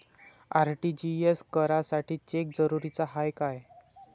RTGS करासाठी cheque जरुरीचा हाय काय?